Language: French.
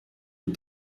aux